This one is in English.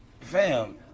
Fam